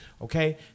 Okay